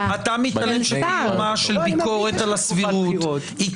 מתעלם מקיומה של ביקורת על הסבירות שהיא